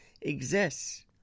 exists